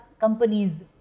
companies